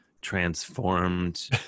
transformed